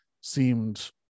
seemed